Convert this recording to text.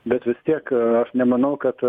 bet vis tiek nemanau kad